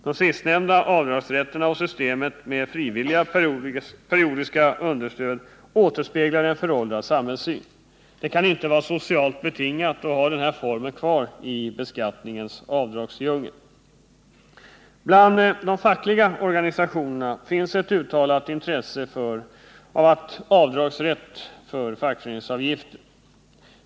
De sistnämnda avdragsrätterna och systemet med frivilliga periodiska understöd återspeglar en föråldrad samhällssyn. Det kan inte vara socialt betingat att ha denna form kvar i beskattningens avdragsdjungel. Bland de fackliga organisationerna finns ett uttalat intresse för avdragsrätt för fackföreningsavgifter.